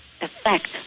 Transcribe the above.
effect